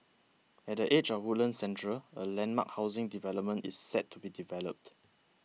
at the edge of Woodlands Central a landmark housing development is set to be developed